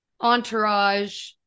entourage